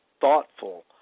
thoughtful